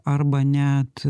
arba net